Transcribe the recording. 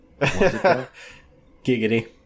giggity